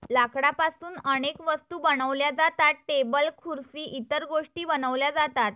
लाकडापासून अनेक वस्तू बनवल्या जातात, टेबल खुर्सी इतर गोष्टीं बनवल्या जातात